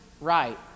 right